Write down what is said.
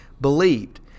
believed